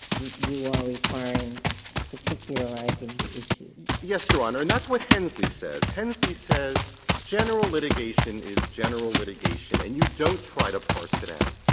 you are requiring particularizing the issue? rosenkranz yes, your honor, and that's what hensley says. hensley says general litigation is general litigation, and you don't try to parse it out,